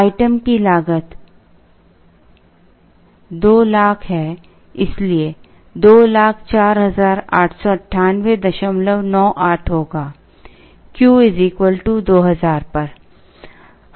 item की लागत 200000 है इसलिए 20489898 होगा Q 2000 पर